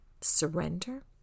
Surrender